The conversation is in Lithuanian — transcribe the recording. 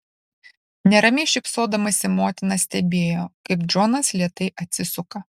neramiai šypsodamasi motina stebėjo kaip džonas lėtai atsisuka